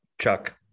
Chuck